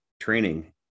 training